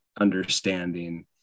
understanding